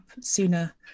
sooner